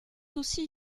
aussi